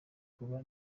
kuba